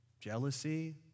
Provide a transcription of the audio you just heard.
Jealousy